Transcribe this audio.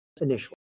initially